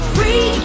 Free